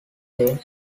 there